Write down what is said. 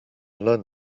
learn